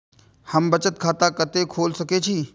हम बचत खाता कते खोल सके छी?